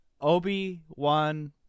Obi-Wan